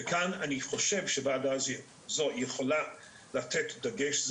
וכאן אני חושב שהוועדה הזו יכולה לתת דגש,